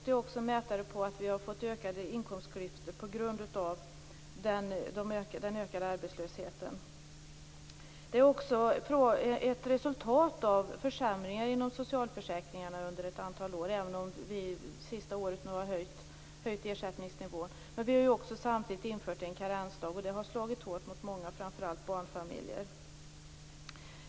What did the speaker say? Det är dessutom en mätare på att vi har fått ökade inkomstklyftor på grund av den ökade arbetslösheten. Vidare är det ett resultat av försämringar inom socialförsäkringarna under ett antal år, även om ersättningsnivån har höjts under det senaste året. Men samtidigt har vi infört en karensdag, och det har slagit hårt mot många, framför allt mot barnfamiljer.